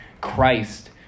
Christ